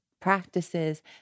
practices